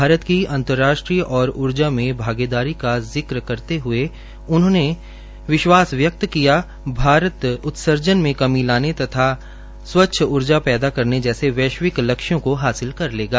भारत की अंतराष्ट्रीय सौर ऊर्जा में भागीदारी का जिक्र करते हए उन्होंने विश्वास व्यक्त किया कि भारत उत्सर्जन की कमी लाने तथा स्वच्छ ऊर्जा पैदा करने जैसे वैश्विक लक्ष्यों को हासिल कर लेगा